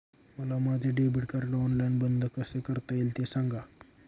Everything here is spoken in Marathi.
मला माझे डेबिट कार्ड ऑनलाईन बंद कसे करता येईल, ते सांगा